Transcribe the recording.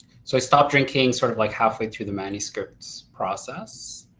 so i stopped drinking, sort of like halfway through the manuscript process.